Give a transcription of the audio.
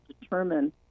determine